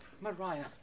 Mariah